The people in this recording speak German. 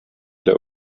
der